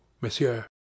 monsieur